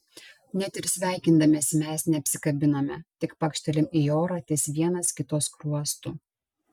net ir sveikindamiesi mes neapsikabiname tik pakštelim į orą ties vienas kito skruostu